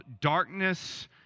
darkness